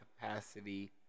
capacity